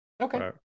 Okay